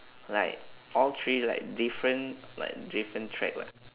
like all three like different like different track [what]